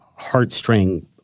heartstring